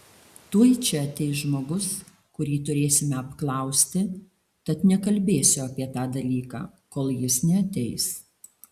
tuoj čia ateis žmogus kurį turėsime apklausti tad nekalbėsiu apie tą dalyką kol jis neateis